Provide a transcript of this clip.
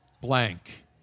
blank